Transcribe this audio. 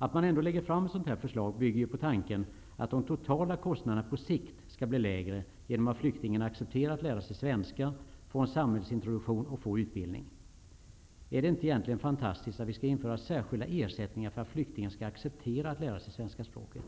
faktum att man ändå lägger fram ett sådant här förslag bygger på tanken att de totala kostnaderna på sikt skall bli lägre genom att flyktingen accepterar att lära sig svenska, få en samhällsintroduktion och få utbildning. Är det inte fantastiskt att vi skall införa särskilda ersättningar för att flyktingen skall acceptera möjligheten att lära sig svenska språket?